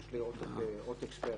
יש לי עותק אחד נוסף.